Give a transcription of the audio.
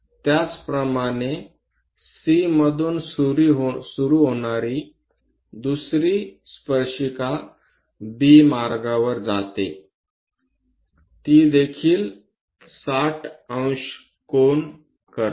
त्याचप्रमाणे C मधून सुरू होणारी दुसरी स्पर्शिका B मार्गावर जाते हे देखील 600 कोन करते